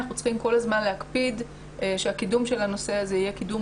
אנחנו צריכים כל הזמן להקפיד שהקידום של הנושא הזה יהיה קידום